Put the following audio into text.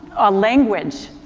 a language,